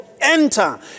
enter